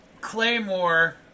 Claymore